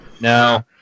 no